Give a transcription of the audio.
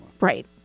Right